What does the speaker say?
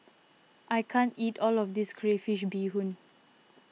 I can't eat all of this Crayfish BeeHoon